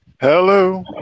Hello